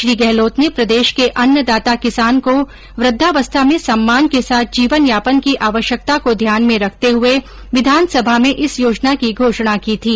श्री गहलोत ने प्रदेश के अन्नदाता किसान के वृद्धावस्था में सम्मान के साथ जीवन यापन की आवश्यकता को ध्यान में रखते हुए विधानसभा में इस योजना की घोषणा की थी